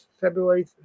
February